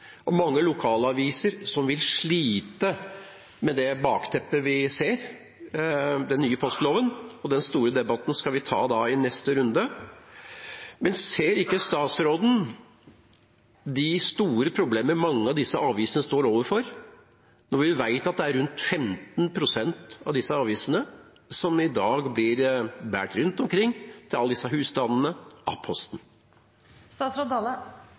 og lokalaviser – som vil slite, med tanke på det bakteppet vi ser: den nye postloven. Den store debatten skal vi ta i neste runde, men ser ikke statsråden de store problemene mange av disse avisene står overfor, når vi vet at det er rundt 15 pst. av disse avisene som i dag blir båret rundt omkring til alle disse husstandene – av